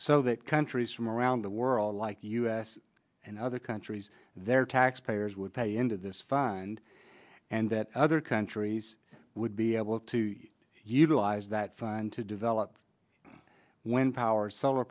so that countries from around the world like the u s and other countries their taxpayers would pay into this fund and that other countries would be able to utilize that fund to develop when power solar